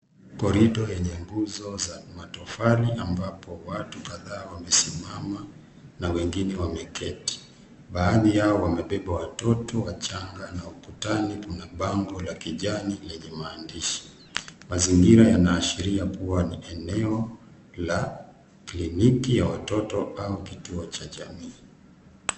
Korido yenye nguzo za matofali ambapo watu kadhaa wamesimama na wengine wameketi. Baadhi yao wamebeba watoto wachanga na ukutani kuna bango la kijani lenye maandishi. Mazingira yanaashiria kuwa ni eneo la kliniki ya watoto au kituo cha jamii.